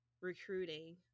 recruiting